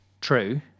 True